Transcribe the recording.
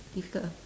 difficult ah